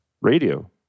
Radio